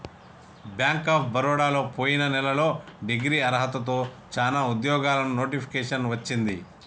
bank of బరోడలో పొయిన నెలలో డిగ్రీ అర్హతతో చానా ఉద్యోగాలకు నోటిఫికేషన్ వచ్చింది